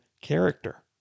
character